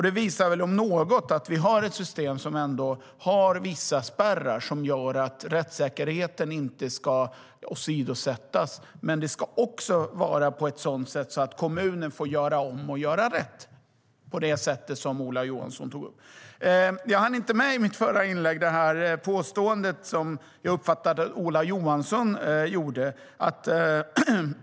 Det visar väl om något att vi har ett system som ändå har vissa spärrar som gör att rättssäkerheten inte åsidosätts. Men det ska också vara på ett sådant sätt att kommunen får göra om och göra rätt, så som Ola Johansson tog upp.I mitt förra inlägg hann jag inte med det påstående som jag uppfattade att Ola Johansson gjorde.